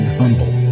humble